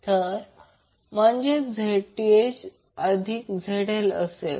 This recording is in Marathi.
तर म्हणजेच Zth अधिक ZL असेल